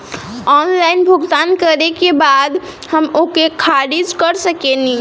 Online भुगतान करे के बाद हम ओके खारिज कर सकेनि?